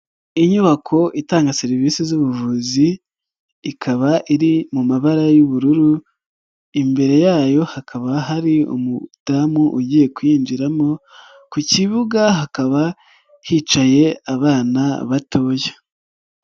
Inyubako itanga serivisi z'ubuvuzi, ikaba iri mu mabara y'ubururu, imbere yayo hakaba hari umudamu ugiye kuyinjiramo ku kibuga hakaba hicaye abana batoya.